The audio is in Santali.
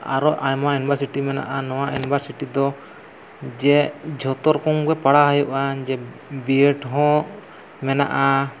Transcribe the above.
ᱟᱨᱚ ᱟᱭᱢᱟ ᱤᱭᱩᱱᱤᱵᱷᱟᱨᱥᱤᱴᱤ ᱢᱮᱱᱟᱜᱼᱟ ᱱᱚᱣᱟ ᱤᱭᱩᱱᱤᱵᱷᱟᱨᱥᱤᱴᱤ ᱫᱚ ᱡᱮ ᱡᱚᱛᱚ ᱨᱚᱠᱚᱢ ᱜᱮ ᱯᱟᱲᱦᱟᱣ ᱦᱩᱭᱩᱜᱼᱟ ᱡᱮ ᱵᱤᱭᱮᱰ ᱦᱚᱸ ᱢᱮᱱᱟᱜᱼᱟ